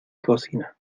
cocina